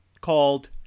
called